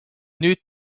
nüüd